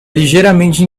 ligeiramente